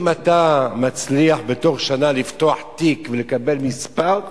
אם אתה מצליח בתוך שנה לפתוח תיק ולקבל מספר,